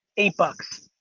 eight bucks.